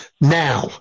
now